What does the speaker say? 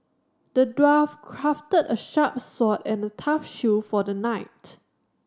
the dwarf crafted a sharp sword and a tough shield for the knight